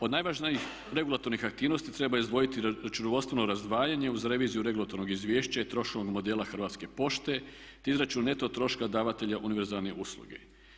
Od najvažnijih regulatornih aktivnosti treba izdvojiti računovodstveno razdvajanje uz reviziju regulatornog izvješća i … modela Hrvatske pošte te izračun neto troška davatelja univerzalne usluge.